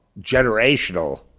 generational